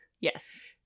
Yes